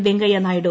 Venkaiah Naidu